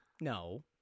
No